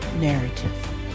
narrative